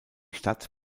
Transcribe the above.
stadt